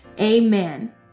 Amen